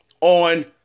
on